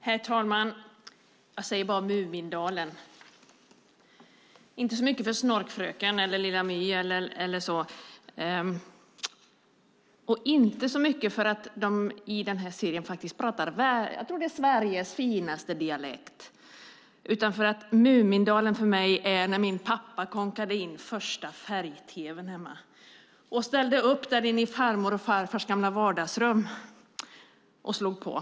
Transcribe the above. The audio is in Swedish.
Herr talman! Jag säger bara Mumindalen, inte så mycket för Snorkfröken eller Lilla My och inte så mycket för att de i den serien pratar Sveriges finaste dialekt. Mumindalen är för mig när min pappa kånkade in den första färg-tv:n hemma, ställde upp den i farmors och farfars gamla vardagsrum och slog på den.